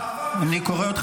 לקהיר.